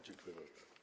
Dziękuję bardzo.